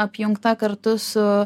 apjungta kartu su